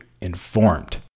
informed